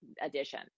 edition